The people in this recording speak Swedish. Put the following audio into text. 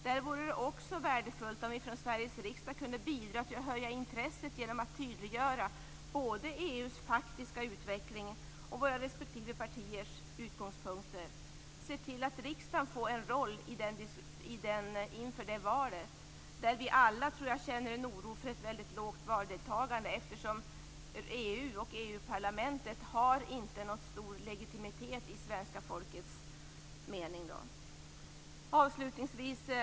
Där vore det också värdefullt om Sveriges riksdag kunde bidra till att höja intresset genom att tydliggöra EU:s faktiska utveckling och våra respektive partiers utgångspunkter. Riksdagen måste få en roll inför valet. Vi känner en oro för ett lågt valdeltagande. EU och Europaparlamentet har inte någon legitimitet i svenska folkets mening.